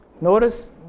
Notice